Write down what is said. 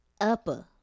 upper